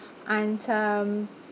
and um